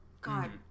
God